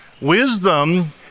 Wisdom